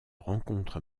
rencontre